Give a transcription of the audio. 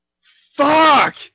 fuck